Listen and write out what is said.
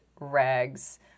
rags